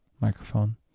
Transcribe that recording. microphone